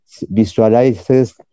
visualizes